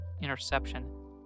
interception